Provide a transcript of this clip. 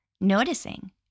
noticing